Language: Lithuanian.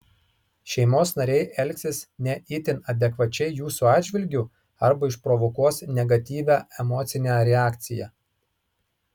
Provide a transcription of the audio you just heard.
šeimos nariai elgsis ne itin adekvačiai jūsų atžvilgiu arba išprovokuos negatyvią emocinę reakciją